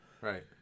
right